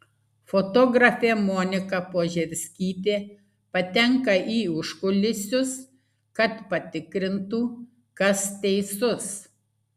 fotografė monika požerskytė patenka į užkulisius kad patikrintų kas teisus